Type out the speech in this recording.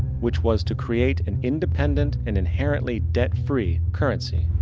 which was to create an independent and inherently debt-free currency.